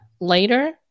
Later